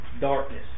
Darkness